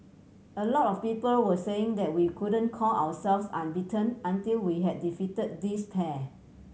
a lot of people were saying that we couldn't call ourselves unbeaten until we had defeat this pair